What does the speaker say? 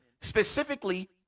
specifically